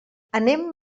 anem